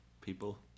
people